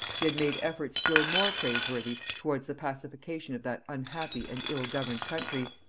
he had made efforts still more praiseworthy towards the pacification of that unhappy and ill-governed country,